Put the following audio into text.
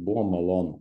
buvo malonu